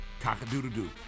Cock-a-doodle-doo